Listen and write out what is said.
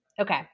Okay